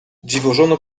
dziwożona